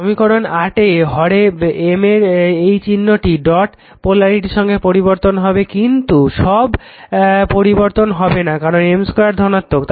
সমীকরণ 8 এ হরে M এর এই চিহ্নটি ডট পোলারিটির সঙ্গে পরিবর্তন হবে কিন্তু লব পরিবর্তন হবে না কারণ M 2 ধনাত্মক